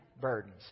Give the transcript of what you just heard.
burdens